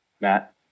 Matt